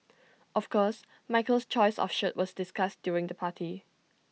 of course Michael's choice of shirt was discussed during the party